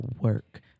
work